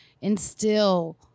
instill